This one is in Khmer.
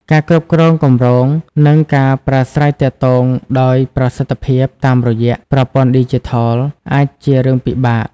ការគ្រប់គ្រងគម្រោង និងការប្រាស្រ័យទាក់ទងដោយប្រសិទ្ធភាពតាមរយៈប្រព័ន្ធឌីជីថល អាចជារឿងពិបាក។